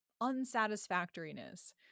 unsatisfactoriness